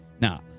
Now